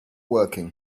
working